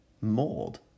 Mold